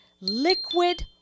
liquid